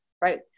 right